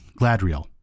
Gladriel